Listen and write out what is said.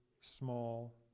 small